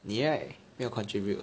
你 right 没有 contribute